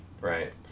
Right